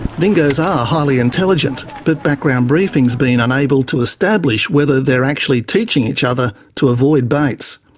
dingoes are highly intelligent, but background briefing's been unable to establish whether they're actually teaching each other to avoid baits.